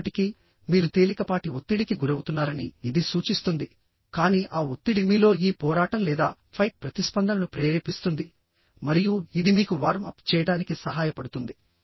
అయినప్పటికీ మీరు తేలికపాటి ఒత్తిడికి గురవుతున్నారని ఇది సూచిస్తుంది కానీ ఆ ఒత్తిడి మీలో ఈ పోరాటం లేదా ఫైట్ ప్రతిస్పందనను ప్రేరేపిస్తుంది మరియు ఇది మీకు వార్మ్ అప్ చేయడానికి సహాయపడుతుంది